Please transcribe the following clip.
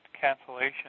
cancellation